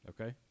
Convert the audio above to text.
Okay